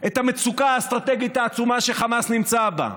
את המצוקה האסטרטגית העצומה שחמאס נמצא בה,